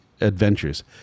adventures